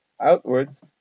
outwards